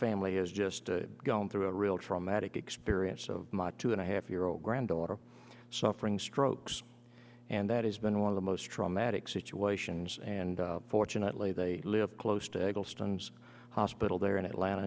family has just gone through a real traumatic experience of my two and a half year old granddaughter suffering strokes and that is been one of the most traumatic situations and fortunately they live close to eggleston hospital there in atlanta